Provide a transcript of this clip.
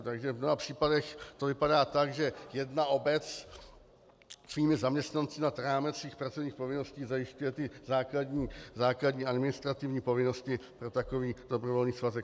Takže v mnoha případech to vypadá tak, že jedna obec svými zaměstnanci nad rámec svých pracovních povinností zajišťuje základní administrativní povinnosti pro takový dobrovolný svazek obcí.